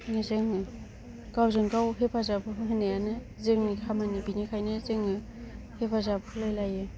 जोङो गावजों गाव हेफाजाब होनायानो जोंनि खामानि बेनिखायनो जोङो हेफाजाब होलायलायो